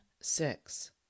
six